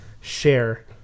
share